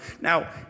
Now